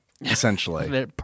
Essentially